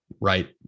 right